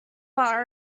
are